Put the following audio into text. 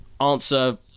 answer